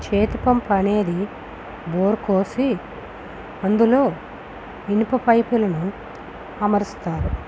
చేతి పంపు అనేది బోరు కోసి అందులో ఇనుప పైపుల్ని అమరుస్తారు